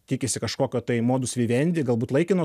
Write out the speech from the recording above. tikisi kažkokio tai modus vivendi galbūt laikino